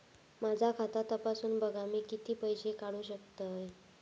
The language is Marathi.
माझा खाता तपासून बघा मी किती पैशे काढू शकतय?